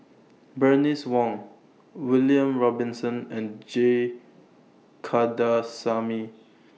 Bernice Wong William Robinson and G Kandasamy